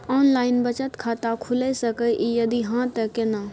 Online बचत खाता खुलै सकै इ, यदि हाँ त केना?